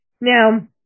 Now